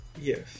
Yes